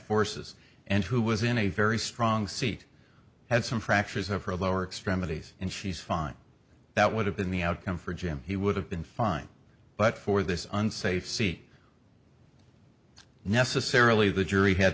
forces and who was in a very strong seat had some fractures of her lower extremities and she's fine that would have been the outcome for jim he would have been fine but for this unsafe seat necessarily the jury had